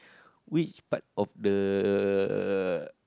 which part of the